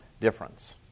difference